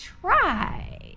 try